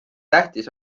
tähtis